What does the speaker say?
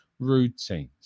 routines